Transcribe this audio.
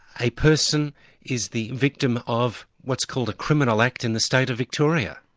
a person is the victim of what's called a criminal act in the state of victoria.